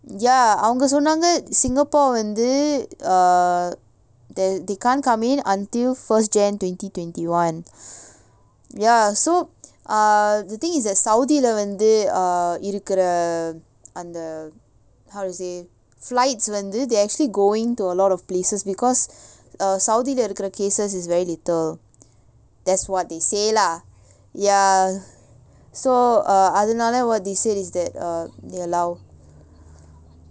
ya அவங்க சொன்னாங்க:avanga sonnaanga singapore வந்து:vanthu uh they they can't come in until first january twenty twenty one ya so uh the thing is that saudi leh வந்து இருக்குற அந்த:vanthu irukkura antha how to say flights வந்து:vanthu they're actually going to a lot of places because uh saudi இருக்குற:irukkura cases is very little that's what they say lah ya so err அதுனால:athunaala what they say is that uh they allow